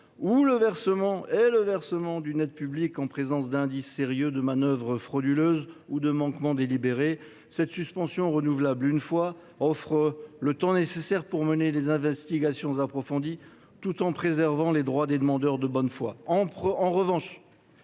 ou le versement d’une aide publique quand ils sont en présence d’indices sérieux de manœuvres frauduleuses ou de manquements délibérés. Cette suspension, renouvelable une fois, leur offrira le temps nécessaire pour mener des investigations approfondies, tout en préservant les droits des demandeurs de bonne foi. En revanche,